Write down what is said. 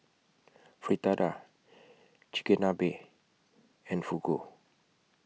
Fritada Chigenabe and Fugu